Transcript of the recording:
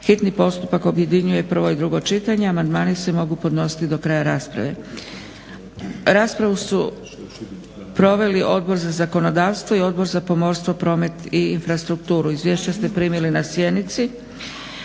hitni postupak objedinjuje prvo i drugo čitanje. Amandmani se mogu podnositi do kraja rasprave. Raspravu su proveli Odbor za zakonodavstvo i Odbor za pomorstvo, promet i infrastrukturu. Izvješća ste primili na sjednici.